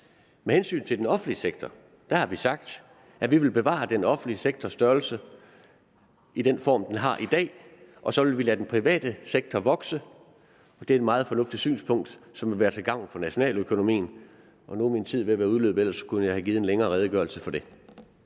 Med hensyn til den offentlige sektor har vi sagt, at vi vil bevare den offentlige sektors størrelse i den form, den har i dag, og så vil vi lade den private sektor vokse. Det er et meget fornuftigt synspunkt, som vil være til gavn for nationaløkonomien. Og nu er min taletid ved at være udløbet, ellers kunne jeg have givet en længere redegørelse for det.